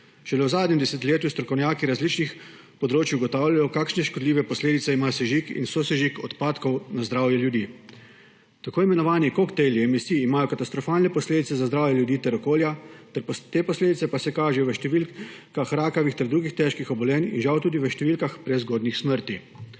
Šele v zadnjem desetletju strokovnjaki različnih področij ugotavljajo, kakšne škodljive posledice ima sežig in sosežig odpadkov na zdravje ljudi. Tako imenovani koktejli emisij imajo katastrofalne posledice za zdravje ljudi ter okolja, te posledice pa se kažejo v številkah rakavih ter drugih težkih obolenj in žal tudi v številkah prezgodnjih smrti.